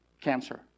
cancer